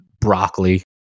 broccoli